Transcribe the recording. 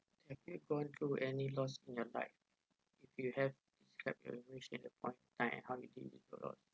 have you gone through any loss in your life if you have describe the upon time how you deal with the loss